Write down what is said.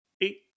eight